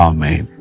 Amen